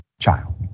child